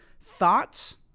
thoughts